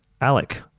Alec